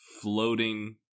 floating